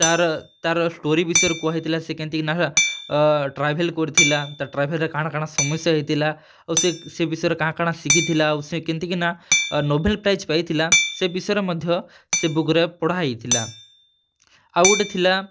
ତା'ର୍ ତା'ର୍ ଷ୍ଟୋରୀ ବିଷୟରେ କୁହା ହେଇଥିଲା ସିଏ କେନ୍ତି କିନା ଟ୍ରାଭେଲ୍ କରିଥିଲା ତା'ର୍ ଟ୍ରାଭେଲ୍ ରେ କା'ଣା କା'ଣା ସମସ୍ୟା ହେଇଥିଲା ଆଉ ସେ ସେଇ ବିଷୟରେ କା'ଣା କା'ଣା ଶିଖିଥିଲା ଆଉ ସେ କେନ୍ତି କିନା ନୋଭେଲ୍ ପ୍ରାଇଜ୍ ପାଇଥିଲା ସେ ବିଷୟରେ ମଧ୍ୟ ସେ ବୁକ୍ ରେ ପଢ଼ା ହେଇଥିଲା ଆଉ ଗୁଟେ ଥିଲା